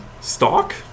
stock